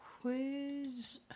quiz